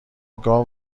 گاو